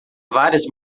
várias